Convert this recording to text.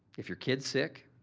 if your kid's sick,